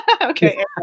okay